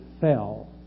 fell